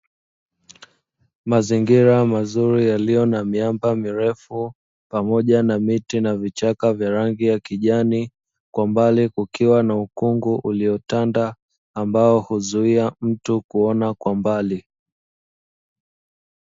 Mazingira mazuri yaliyo na miamba mirefu pamoja na miti na vichaka vya rangi ya kijani. Kwa mbali kukiwa na ukungu uliotanda, ambao huzuia mtu kuona kwa mbali.